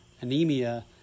anemia